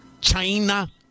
China